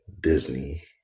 Disney